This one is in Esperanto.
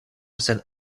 sen